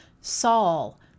Saul